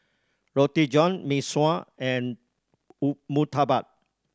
Roti John Mee Sua and murtabak